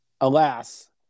alas